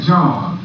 John